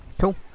cool